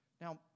Now